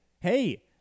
Hey